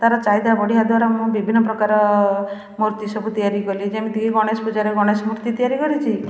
ତା'ର ଚାହିଦା ବଢ଼ିବା ଦ୍ୱାରା ମୁଁ ବିଭିନ୍ନ ପ୍ରକାର ମୂର୍ତ୍ତି ସବୁ ତିଆରି କଲି ଯେମିତିକି ଗଣେଶ ପୂଜାରେ ଗଣେଶ ମୂର୍ତ୍ତି ତିଆରି କରିଛି